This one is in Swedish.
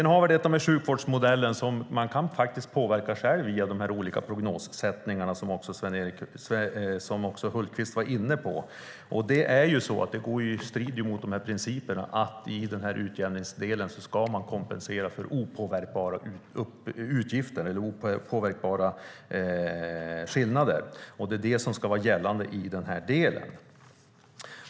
När det gäller sjukvårdsmodellen kan man faktiskt påverka själv genom de olika prognossättningarna, som också Peter Hultqvist var inne på, och det strider mot principerna att utjämningssystemet ska kompensera för opåverkbara skillnader. Det är det som ska vara gällande.